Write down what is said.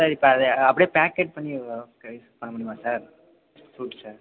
sir இப்போ அதை அப்படியே பேக்கெட் பண்ணி பண்ண முடியுமா சார் ஃப்ருட்ஸ்ஸை